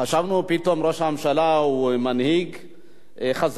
חשבנו שפתאום ראש הממשלה הוא מנהיג חזק,